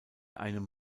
einem